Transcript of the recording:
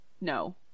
no